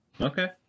Okay